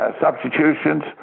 substitutions